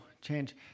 change